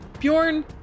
Bjorn